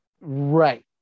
Right